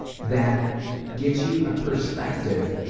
that gives you a perspective,